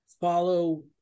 follow